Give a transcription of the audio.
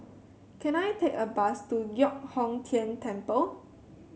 can I take a bus to Giok Hong Tian Temple